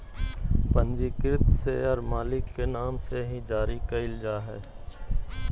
पंजीकृत शेयर मालिक के नाम से ही जारी क़इल जा हइ